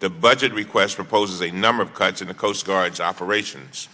the budget request proposes a number of cuts in the coastguards operations